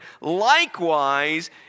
likewise